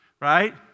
right